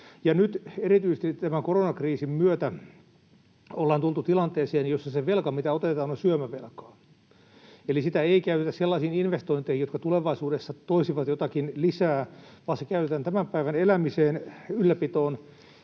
Nyt erityisesti koronakriisin myötä ollaan tultu tilanteeseen, jossa se velka, mitä otetaan, on syömävelkaa. Eli sitä ei käytetä sellaisiin investointeihin, jotka tulevaisuudessa toisivat jotakin lisää, vaan se käytetään tämän päivän elämiseen ja ylläpitoon.